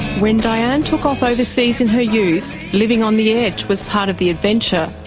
when dianne took off overseas in her youth, living on the edge was part of the adventure.